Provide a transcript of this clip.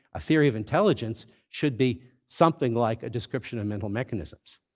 a theory of intelligence should be something like a description of mental mechanisms.